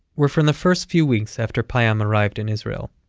were from the first few weeks after payam arrived in israel.